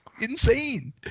insane